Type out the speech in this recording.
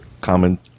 common